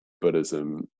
Buddhism